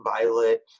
violet